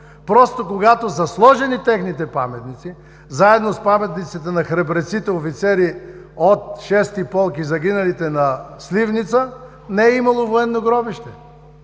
Просто когато са сложени техните паметници, заедно с паметниците на храбреците офицери от Шести полк и загиналите на Сливница, не е имало военно гробище.